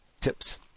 tips